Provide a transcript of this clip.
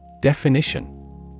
Definition